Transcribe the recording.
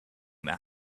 that